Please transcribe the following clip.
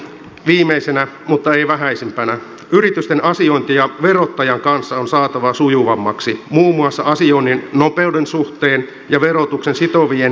viimeisenä mutta ei vähäisimpänä yritysten asiointia verottajan kanssa on saatava sujuvammaksi muun muassa asioinnin nopeuden suhteen ja verotuksen sitovien ennakkopäätösten suhteen